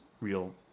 real